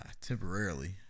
temporarily